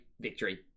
Victory